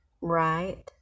right